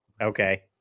okay